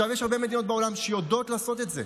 עכשיו, יש הרבה מדינות בעולם שיודעות לעשות את זה.